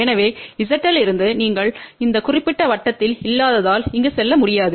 எனவே ZL இருந்து நீங்கள் இந்த குறிப்பிட்ட வட்டத்தில் இல்லாததால் இங்கு செல்ல முடியாது